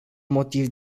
motiv